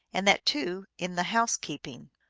and that, too, in the housekeeping.